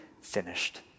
Finished